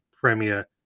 Premier